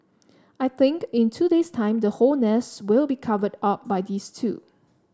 I think in two days time the whole nest will be covered up by these two